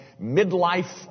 Midlife